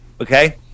okay